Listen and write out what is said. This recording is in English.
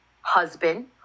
husband